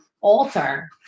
alter